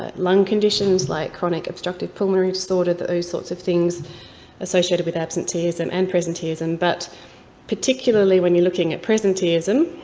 ah lung conditions, like chronic obstructive pulmonary disorder, those sorts of things associated with absenteeism and presenteeism. but particularly, when you're looking at presenteeism,